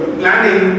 planning